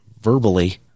verbally